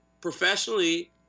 professionally